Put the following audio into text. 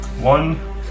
One